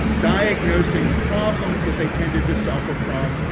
diagnosing the problems that they tended to suffer from,